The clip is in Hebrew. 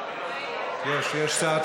יש, יש שר.